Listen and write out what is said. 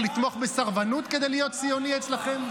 אני קורא אותך לסדר פעם ראשונה.